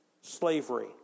slavery